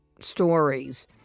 stories